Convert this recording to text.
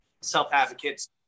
self-advocates